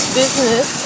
business